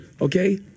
okay